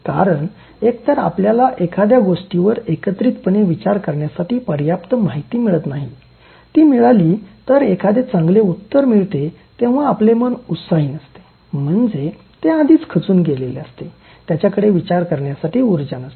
कारण एकतर आपल्याला एखाद्या गोष्टीवर एकत्रितपणे विचार करण्यासाठी पर्याप्त माहिती मिळत नाही ती मिळाली तर एखादे चांगले उत्तर मिळते तेव्हा आपले मन उत्साही नसते म्हणजे ते आधीच खचून गेलेले असते त्याच्याकडे विचार करण्यासाठी उर्जा नसते